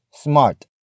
Smart